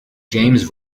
james